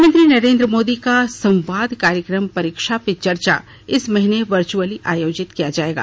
प्रधानमंत्री नरेंद्र मोदी का संवाद कार्यक्रम परीक्षा पे चर्चा इस महीने वर्चअली आयोजित किया जाएगा